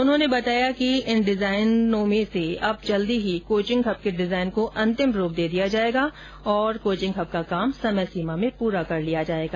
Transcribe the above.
उन्होंने बताया कि इन डिजाइनों में से अब जल्दी ही कोचिंग हब के डिजाइन को अंतिम रूप दे दिया जाएगा और कोचिंग हब का काम समय सीमा में पूरा कर लिया जायेगा